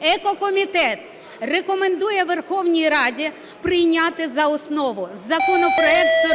Екокомітет рекомендує Верховній Раді прийняти за основу законопроект